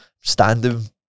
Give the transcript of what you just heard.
standing